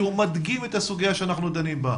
כי הוא מדגים את הסוגיה שאנחנו דנים בה.